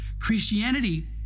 Christianity